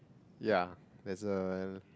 yeah that's a